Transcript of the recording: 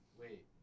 Wait